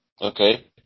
Okay